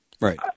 Right